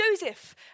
Joseph